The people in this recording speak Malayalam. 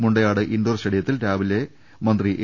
മുണ്ടയാട് ഇൻഡോർ സ്റ്റേഡിയത്തിൽ രാവിലെ മന്ത്രി എ